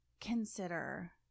consider